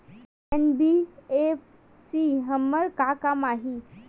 NBFC हमर का काम आही?